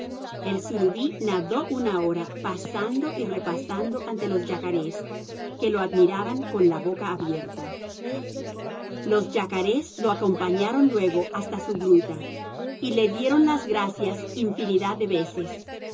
el surubí nadó una hora pasando y repasando ante los yacarés que lo admiraban con la boca abierta los yacarés lo acompañaron luego hasta su gruta y le dieron las gracias infinidad de veces